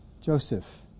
Joseph